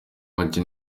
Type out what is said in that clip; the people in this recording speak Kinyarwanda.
make